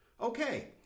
Okay